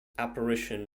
apparition